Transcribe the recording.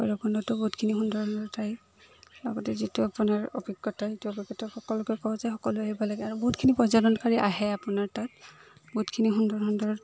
ভৈৰৱকুণ্ডটো বহুতখিনি সুন্দৰ সুন্দৰ ঠাইৰ লগতে যিটো আপোনাৰ অভিজ্ঞতা এইটো অভিজ্ঞতা সকলোকে কওঁ যে সকলোৱে আহিব লাগে আৰু বহুতখিনি পৰ্যটনকাৰী আহে আপোনাৰ তাত বহুতখিনি সুন্দৰ সুন্দৰ